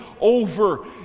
over